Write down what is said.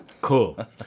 cool